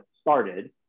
started